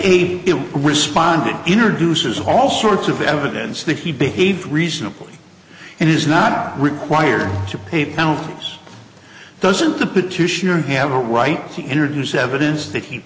is responding introduces all sorts of evidence that he behaves reasonable and is not required to pay penalties doesn't the petitioner have a right to introduce evidence that he